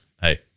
hey